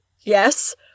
Yes